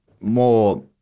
more